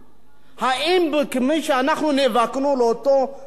האם כפי שאנחנו נאבקנו על אותו מפעל "בריל",